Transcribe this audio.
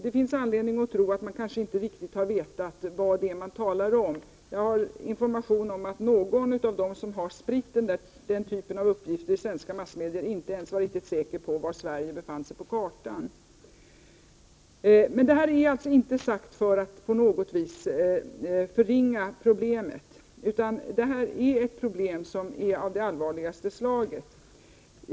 Det finns anledning att tro att de som har uttalat sig kanske inte riktigt har vetat vad de talar om. Jag har fått information om att någon av dem som har spritt denna typ av uppgifter i svenska massmedier inte ens var riktigt säker på var Sverige ligger på kartan. Detta är inte sagt för att på något vis förringa problemet. Barnpornografi är ett problem av allvarligaste slag.